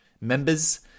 members